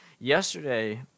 Yesterday